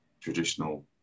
traditional